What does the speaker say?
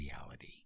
reality